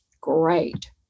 great